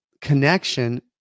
connection